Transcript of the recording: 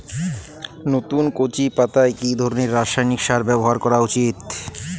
নতুন কচি পাতায় কি ধরণের রাসায়নিক সার ব্যবহার করা উচিৎ?